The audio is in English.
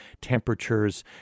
temperatures